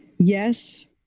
Yes